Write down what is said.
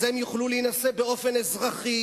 אז הם יוכלו להינשא באופן אזרחי,